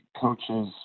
coaches